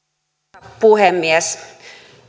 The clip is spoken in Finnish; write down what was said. arvoisa puhemies